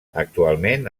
actualment